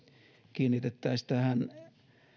kiinnitettäisiin tähän